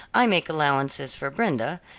i make allowances for brenda,